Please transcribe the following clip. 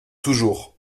toujours